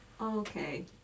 okay